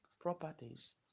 properties